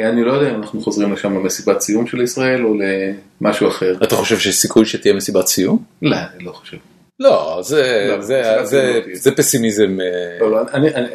אני לא יודע אם אנחנו חוזרים לשם למסיבת סיום של ישראל, או למשהו אחר. אתה חושב שיש סיכוי שתהיה מסיבת סיום? לא, לא חושב. לא, זה פסימיזם.